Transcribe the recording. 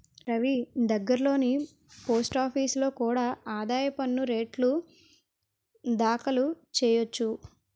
రవీ దగ్గర్లోని పోస్టాఫీసులో కూడా ఆదాయ పన్ను రేటర్న్లు దాఖలు చెయ్యొచ్చు